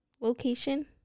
Location